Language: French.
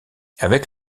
avec